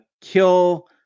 kill